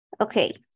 Okay